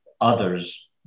others